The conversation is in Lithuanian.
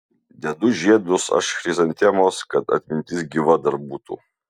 dedu žiedus aš chrizantemos kad atmintis gyva dar būtų